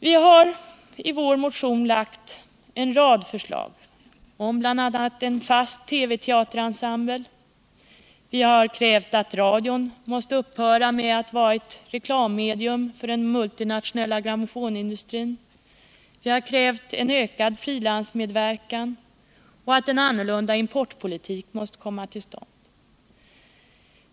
Vi har i vår motion lagt fram en rad förslag, bl.a. om en fast TV teaterensemble. Vi har krävt att radion måste upphöra att vara ett reklammedium för den multinationella grammofonindustrin. Vi har krävt en ökad frilansmedverkan och en annorlunda importpolitik.